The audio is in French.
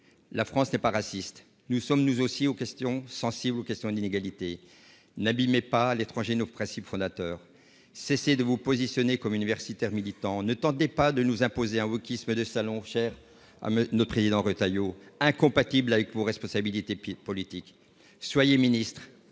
la France n'est pas raciste. Nous sommes, nous aussi, sensibles aux questions d'inégalités. N'abîmez pas à l'étranger nos principes fondateurs. Cessez de vous positionner comme universitaire militant, ne tentez pas de nous imposer un « wokisme de salon », cher à notre président Retailleau, incompatible avec vos responsabilités politiques. Soyez ministre